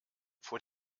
vor